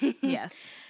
Yes